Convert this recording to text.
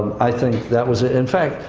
i think that was in fact,